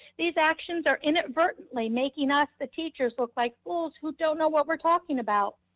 these actions are inadvertently making us, the teachers, look like fools who don't know what we're talking about.